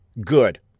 Good